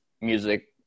music